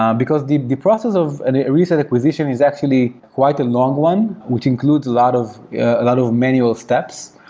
um because the the process of and a a recent acquisition is actually quite a long one, which includes a lot of lot of manual steps.